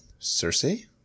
Cersei